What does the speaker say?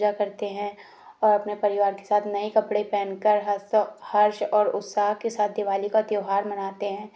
पूजा करते हैं और अपने परिवार के साथ नये कपड़े पहनकर हर्ष और उत्साह के साथ दिवाली का त्यौहार मनाते हैं